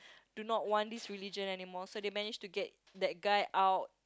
do no want this religion anymore so they managed to get that guy out